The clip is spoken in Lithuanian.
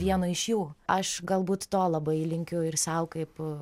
vieno iš jų aš galbūt to labai linkiu ir sau kaip